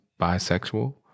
bisexual